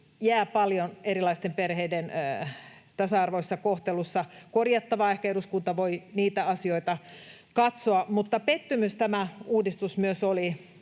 jää erilaisten perheiden tasa-arvoisessa kohtelussa paljon korjattavaa. Ehkä eduskunta voi niitä asioita katsoa. Mutta myös pettymys tämä uudistus oli.